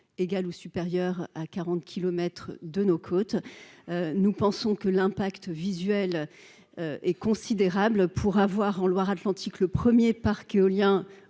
égale ou supérieure à 40 kilomètres de nos côtes, nous pensons que l'impact visuel est considérable pour avoir, en Loire-Atlantique Le 1er parc éolien